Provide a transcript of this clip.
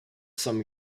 some